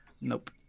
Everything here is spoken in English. Nope